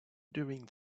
during